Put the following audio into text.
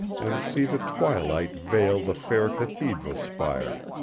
and see the twilight veil the fair cathedral spire